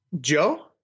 Joe